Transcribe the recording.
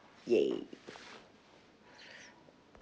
!yay!